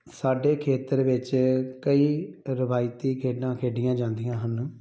ਸਾਡੇ ਖੇਤਰ ਵਿੱਚ ਕਈ ਰਵਾਇਤੀ ਖੇਡਾਂ ਖੇਡੀਆਂ ਜਾਂਦੀਆਂ ਹਨ